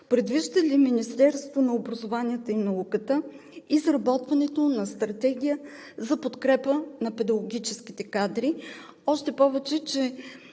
предвижда ли Министерството на образованието и науката изработването на Стратегия за подкрепа на педагогическите кадри? Още повече че